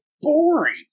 boring